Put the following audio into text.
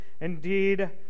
indeed